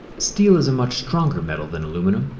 steel is a much stronger metal than aluminum.